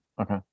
okay